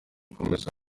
gukomeza